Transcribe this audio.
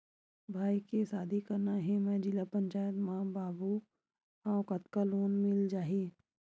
भाई के शादी करना हे मैं जिला पंचायत मा बाबू हाव कतका लोन मिल जाही?